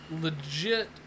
legit